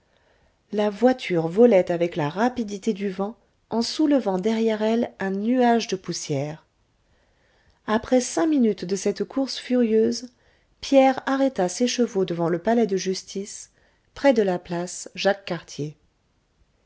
la voiture volait avec la rapidité du vent en soulevai derrière elle un nuage de poussière après cinq minutes de cette course furieuse pierre arrêta ses chevaux devant le palais de justice près de la place